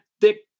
thick